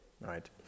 Right